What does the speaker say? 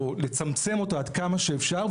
או לצמצם אותו עד כמה שאפשר,